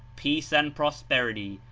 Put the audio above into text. peace and pros perity,